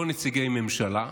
לא נציגי ממשלה,